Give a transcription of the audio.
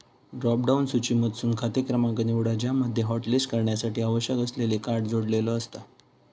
drop down सूचीमधसून खाते क्रमांक निवडा ज्यामध्ये हॉटलिस्ट करण्यासाठी आवश्यक असलेले कार्ड जोडलेला आसा